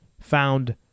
found